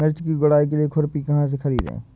मिर्च की गुड़ाई के लिए खुरपी कहाँ से ख़रीदे?